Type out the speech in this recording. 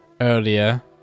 earlier